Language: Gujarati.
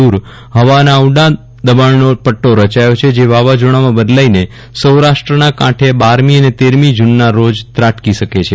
દૂર હવાના ઉંડા દબાજ્ઞનો પટ્ટો રચાયો છે જે વાવાઝોડામાં બદલાઇને સૌરાષ્ટ્રના કાંઠે બારમી અને તેરમી જુનના રોજ ત્રાટકી શકે છે